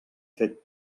fet